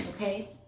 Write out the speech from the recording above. Okay